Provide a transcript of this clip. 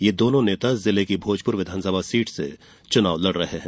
ये दोनो नेता जिले की भोजपुर विधानसभा सीट से चुनाव लड़ रहे हैं